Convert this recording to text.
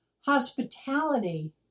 Hospitality